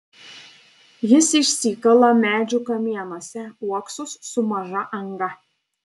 jis išsikala medžių kamienuose uoksus su maža anga